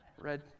red